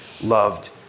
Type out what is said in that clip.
loved